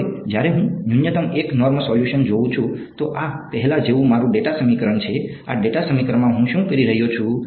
હવે જ્યારે હું ન્યૂનતમ 1 નોર્મ સોલ્યુશન જોઉં છું તો આ પહેલા જેવું મારું ડેટા સમીકરણ છે આ ડેટા સમીકરણમાં હું શું કરી રહ્યો છું